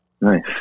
Nice